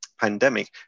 pandemic